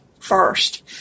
First